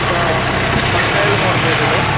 ఇంకా వ వంకాయలు మూడు కేజీలు